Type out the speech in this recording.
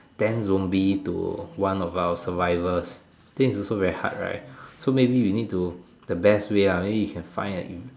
ten zombie to one of our survivors then it's also very hard right so maybe you need to the best way ah maybe you can find